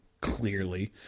clearly